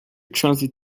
transit